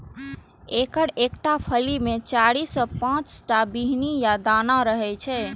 एकर एकटा फली मे चारि सं पांच टा बीहनि या दाना रहै छै